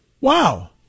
Wow